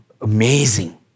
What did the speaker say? amazing